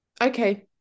Okay